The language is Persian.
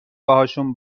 باهاشون